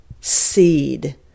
seed